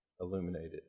illuminated